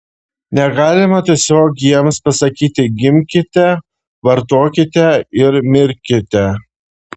negalima tiesiog jiems pasakyti gimkite vartokite ir mirkite